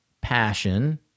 passion